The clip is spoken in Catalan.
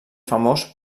famós